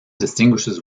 distinguishes